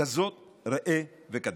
כזאת ראה וקדש.